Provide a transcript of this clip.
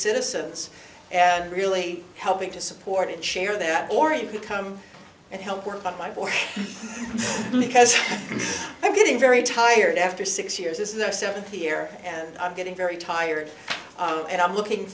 citizens and really helping to support and share that or you could come and help work on my board because i'm getting very tired after six years this is a seventy year and i'm getting very tired and i'm looking